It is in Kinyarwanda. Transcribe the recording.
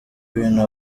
bintu